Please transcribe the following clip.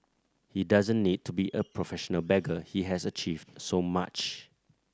he doesn't need to be a professional beggar he has achieved so much